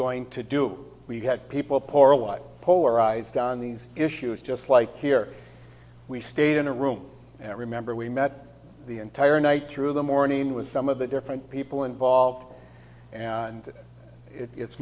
going to do we had people poor white polarized on these issues just like here we stayed in a room and remember we met the entire night through the morning with some of the different people involved and it